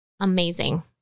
Amazing